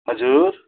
हजुर